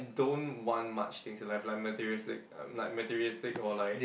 don't want much things in life like materialistic uh like materialistic or like